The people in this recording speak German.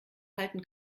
halten